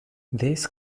this